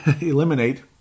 eliminate